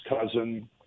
cousin